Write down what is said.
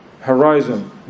horizon